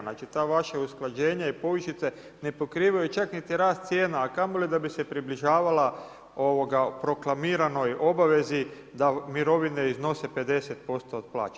Znači to vaše usklađenje i povišice ne pokrivaju čak niti rast cijena a kamoli da bi se približavala proklamiranoj obavezi da mirovine iznose 50% od plaće.